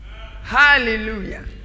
Hallelujah